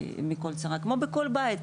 כמו בכל בית,